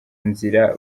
nzira